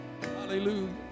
Hallelujah